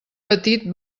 petit